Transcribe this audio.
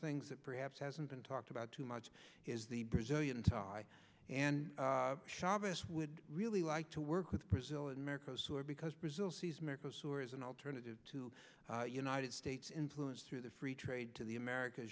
things that perhaps hasn't been talked about too much is the brazilian tie and chavez would really like to work with brazil and america or because brazil sees america as an alternative to united states influence through the free trade to the america